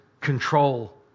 control